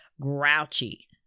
grouchy